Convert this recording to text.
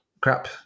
crap